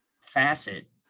facet